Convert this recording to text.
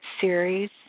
series